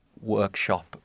workshop